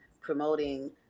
promoting